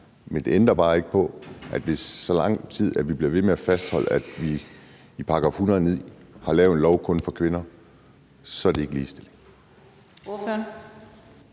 Men det ændrer bare ikke på, at så længe vi bliver ved med at fastholde, at vi i § 109 har lavet en lov kun for kvinder, så er det ikke ligestilling.